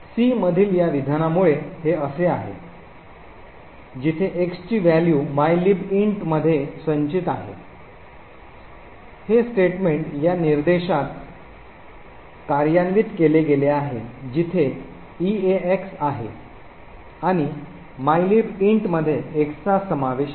तर C मधील या विधानामुळे हे असे आहे जिथे X ची व्हॅल्यू mylib int मध्ये संचित आहे हे स्टेटमेंट या निर्देशात कार्यान्वित केले गेले आहे जिथे EAX आहे आणि mylib int मध्ये X चा समावेश आहे